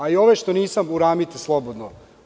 A i ovaj što nisam, uramite slobodno.